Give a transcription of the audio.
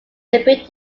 building